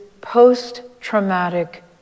post-traumatic